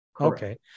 Okay